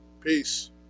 Peace